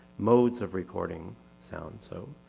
modes of recording sounds. so,